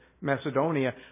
Macedonia